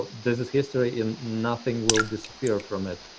this is history and nothing will disappear from it.